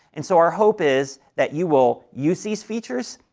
and so our hope is that you will use these features,